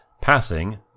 passing